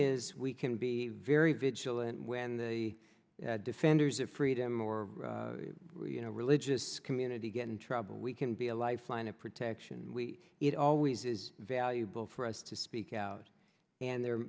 is we can be very vigilant when the defenders of freedom or you know religious community get in trouble we can be a lifeline of protection we it always is valuable for us to speak out and the